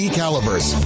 calibers